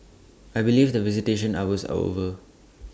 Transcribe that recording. I believe the visitation hours are over